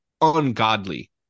ungodly